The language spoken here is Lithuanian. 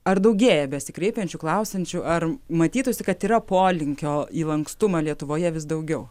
ar daugėja besikreipiančių klausiančių ar matytųsi kad yra polinkio į lankstumą lietuvoje vis daugiau